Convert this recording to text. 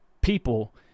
people